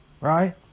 right